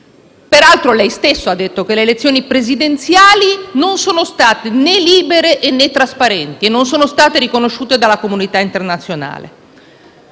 Ministro, lei stesso ha detto che le elezioni presidenziali non sono state né libere, né trasparenti e non sono state riconosciute dalla comunità internazionale.